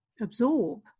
absorb